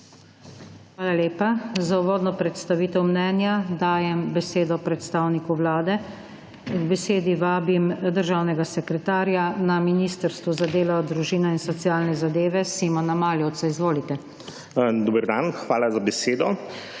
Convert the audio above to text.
Hvala lepa. Za uvodno predstavitev mnenja dajem besedo predstavniku Vlade. K besedi vabim državnega sekretarja na Ministrstvu za delo, družino in socialne zadeve, Simona Maljevca, izvolite. **SIMON MALJEVAC